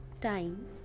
time